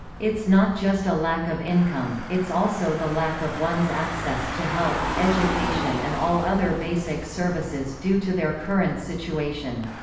it's not just a lack of income, it's also the lack of one's access to health, education and all other basic services due to their current situation.